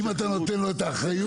אם אתה נותן לו את האחריות.